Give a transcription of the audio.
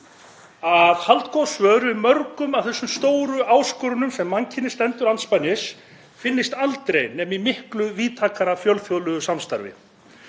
að haldgóð svör við mörgum af þessum stóru áskorunum sem mannkynið stendur andspænis finnist aldrei nema í miklu víðtækara fjölþjóðlegu samstarfi.